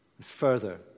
Further